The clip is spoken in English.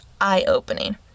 eye-opening